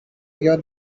your